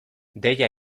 deia